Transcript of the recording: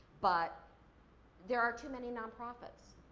but there are too many non-profits,